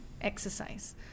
exercise